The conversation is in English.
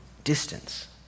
distance